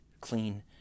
clean